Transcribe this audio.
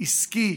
עסקי,